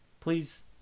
please